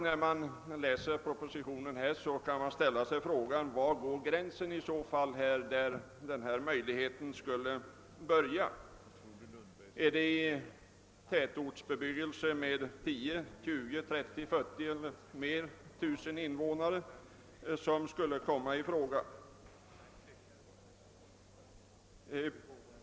När man läser propositionen kan man naturligtvis fråga sig: Var går i så fall gränsen — vid tätorter med 10 000, 20 000, 30 000 eller ännu fler invånare?